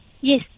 Yes